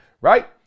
right